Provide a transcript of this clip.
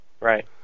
Right